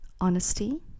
Honesty